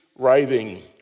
writhing